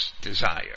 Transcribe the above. desire